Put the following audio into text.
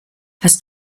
hast